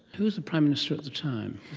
who was the prime minister at the time?